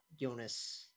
Jonas